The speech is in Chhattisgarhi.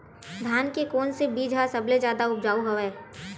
धान के कोन से बीज ह सबले जादा ऊपजाऊ हवय?